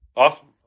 Awesome